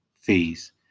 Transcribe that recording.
phase